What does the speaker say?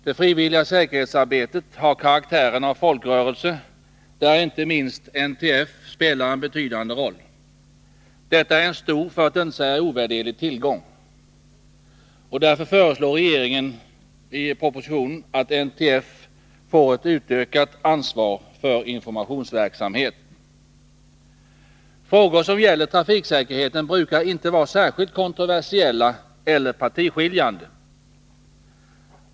Det frivilliga säkerhetsarbetet har karaktären av folkrörelse, där inte minst NTF spelar en betydande roll. Detta är en stor, för att inte säga ovärderlig, tillgång. Därför föreslås i regeringens proposition att NTF får ett utökat ansvar för informationsverksamheten. Frågor som gäller trafiksäkerheten brukar inte vara särskilt kontroversiella eller partiskiljande.